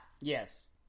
Yes